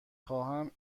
خواهم